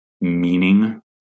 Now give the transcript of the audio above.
meaning